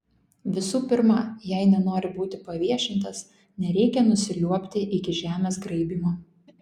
visų pirma jei nenori būti paviešintas nereikia nusiliuobti iki žemės graibymo